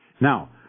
Now